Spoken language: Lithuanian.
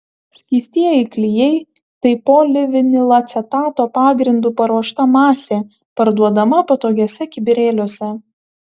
skystieji klijai tai polivinilacetato pagrindu paruošta masė parduodama patogiuose kibirėliuose